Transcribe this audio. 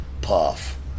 Puff